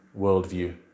worldview